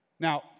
Now